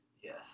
Yes